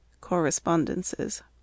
Correspondences